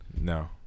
No